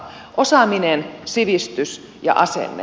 osaaminen sivistys ja asenne